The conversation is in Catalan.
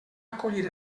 acollir